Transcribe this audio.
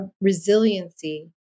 resiliency